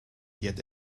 yet